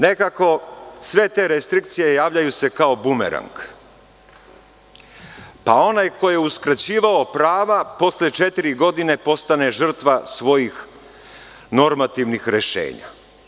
Nekako, sve te restrikcije javljaju se kao bumerang, pa onaj ko je uskraćivao prava posle četiri godine postane žrtva svojih normativnih rešenja.